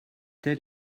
tel